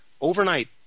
overnight